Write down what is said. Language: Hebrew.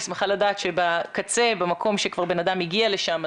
אני שמחה לדעת שבקצה, במקום שכבר בן אדם הגיע לשם,